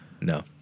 No